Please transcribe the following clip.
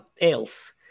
else